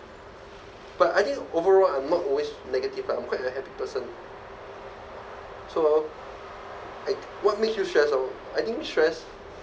but I think overall I'm not always negative lah I'm quite a happy person so like what makes you stress or I think I stress